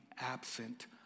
absent